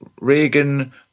Reagan